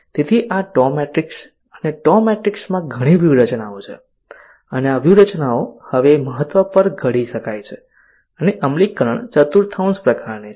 તેથી આ ટો મેટ્રિક્સ છે અને TOW મેટ્રિક્સમાં ઘણી વ્યૂહરચનાઓ છે અને આ વ્યૂહરચનાઓ હવે મહત્વ પર ઘડી શકાય છે અને અમલીકરણ ચતુર્થાંશ પ્રકારની છે